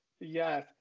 Yes